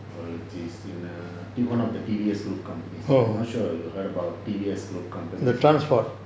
which is in err one of the T_B_S group companies I'm not sure if you heard about T_B_S group companies